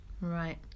right